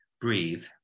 breathe